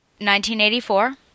1984